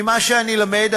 ממה שאני למד,